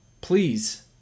please